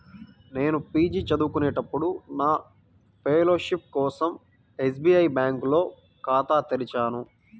నేను పీజీ చదువుకునేటప్పుడు నా ఫెలోషిప్ కోసం ఎస్బీఐ బ్యేంకులో ఖాతా తెరిచాను